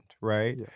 right